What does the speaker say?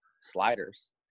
sliders